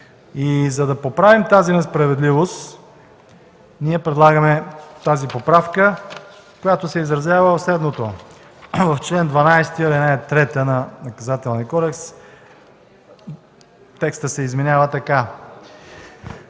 За да поправим тази несправедливост, ние предлагаме тази поправка, която се изразява в следното – в чл. 12, ал. 3 на Наказателния кодекс текстът се изменя така: